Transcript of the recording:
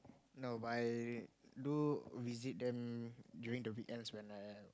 no but I do visit them during weekends when I